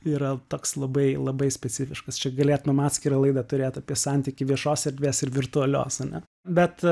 yra toks labai labai specifiškas čia galėtumėm atskirą laidą turėt apie santykį viešos erdvės ir virtualios ane bet